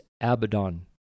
Abaddon